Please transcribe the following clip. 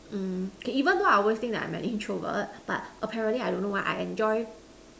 mm can even the worst thing I am an introvert but apparently I don't know why I enjoy